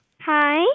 Hi